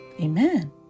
amen